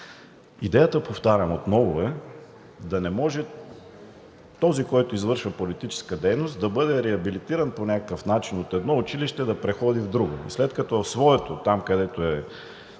Идеята, повтарям, отново е да не може този, който извършва политическа дейност, да бъде реабилитиран по някакъв начин от едно училище да преходи в друго, след като в своето – там, където